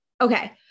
Okay